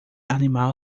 animal